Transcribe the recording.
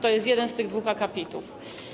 To jest jeden z tych dwóch akapitów.